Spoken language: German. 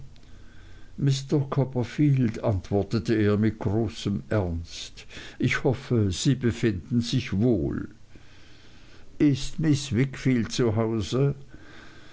mr copperfield antwortete er mit großem ernst ich hoffe sie befinden sich wohl ist miß